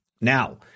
Now